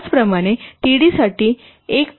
त्याचप्रमाणे td साठी 1